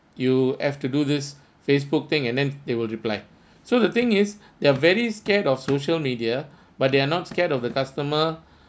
you have to do this Facebook thing and then they will reply so the thing is they're very scared of social media but they're not scared of the customer